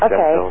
Okay